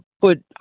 put